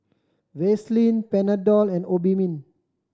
Vaselin Panadol and Obimin